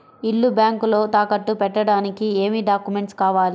ఇల్లు బ్యాంకులో తాకట్టు పెట్టడానికి ఏమి డాక్యూమెంట్స్ కావాలి?